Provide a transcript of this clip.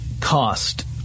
cost